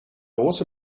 also